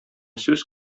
сүз